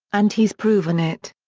and he's proven it.